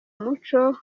muco